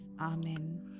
Amen